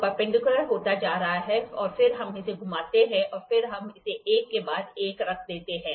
तो यह परपेंडिकुलर होता जा रहा है फिर हम इसे घुमाते हैं और फिर हम इसे एक के बाद एक रख देते हैं